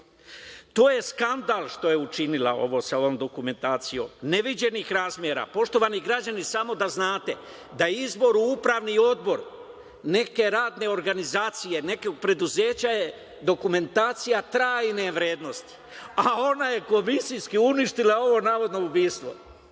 To je skandal što je učinila sa ovom dokumentacijom, neviđenih razmera. Poštovani građani, samo da znate da izbor u upravni odbor neke radne organizacije, nekog preduzeća, je dokumentacija trajne vrednosti. A ona je komisijski uništila ovo navodno ubistvo.